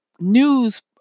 news